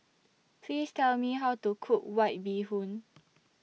Please Tell Me How to Cook White Bee Hoon